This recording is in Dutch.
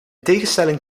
tegenstelling